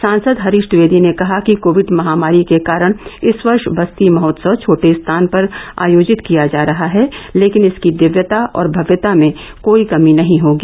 सांसद हरीश द्विवेदी ने कहा कि कोविड महामारी के कारण इस वर्ष बस्ती महोत्सव छोटे स्थान पर आयोजित किया जा रहा है लेकिन इसकी दिव्यता और भव्यता में कोई कमी नहीं होगी